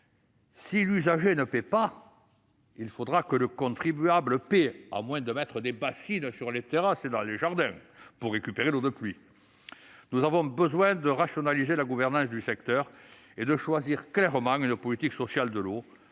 Si l'usager ne paie pas, c'est le contribuable qui devra payer, à moins de mettre des bassines sur les terrasses et dans les jardins pour récupérer l'eau de pluie. Nous avons besoin de rationaliser la gouvernance du secteur et de choisir clairement une politique sociale de l'eau